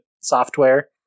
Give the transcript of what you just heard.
software